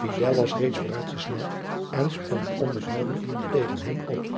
idel was reeds vooruitgesneld en sprong onophoudelijk tegen hem op